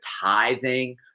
tithing